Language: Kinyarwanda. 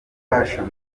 fashion